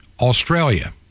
Australia